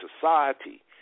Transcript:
society